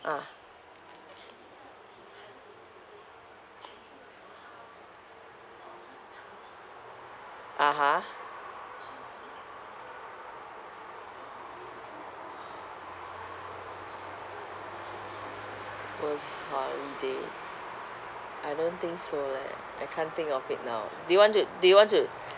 ah (uh huh) worst holiday I don't think so leh I can't think of it now do you want to do you want to